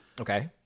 Okay